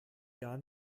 gar